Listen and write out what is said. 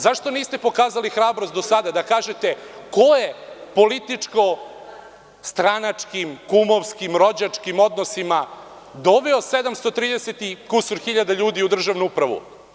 Zašto niste pokazali hrabrost do sada da kažete ko je političkim, stranačkim, kumovskim, rođačkim odnosima doveo 730 i kusur hiljada ljudi u državnu upravu?